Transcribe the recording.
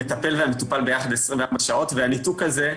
המטפל והמטופל יחד 24 שעות והניתוק הזה,